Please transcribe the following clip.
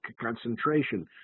concentration